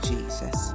Jesus